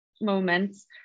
moments